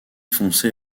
foncé